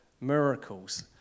Miracles